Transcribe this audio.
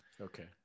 Okay